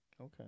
Okay